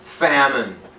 Famine